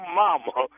mama